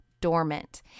dormant